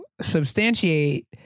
substantiate